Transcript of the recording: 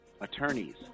attorneys